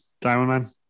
Diamond